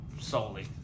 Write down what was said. solely